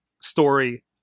story